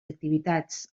activitats